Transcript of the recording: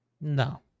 No